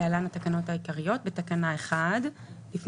1,000"